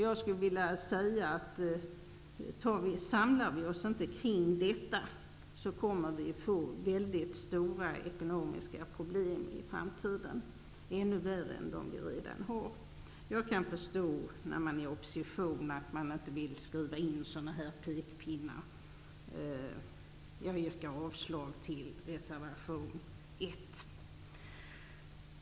Jag vill också säga att om vi inte samlar oss kring detta, kommer vi att få mycket stora ekonomiska problem i framtiden, ännu värre än de som vi redan har. Jag kan förstå att man när man är i opposition inte vill skriva in sådana pekpinnar. Jag yrkar avslag på reservation 1.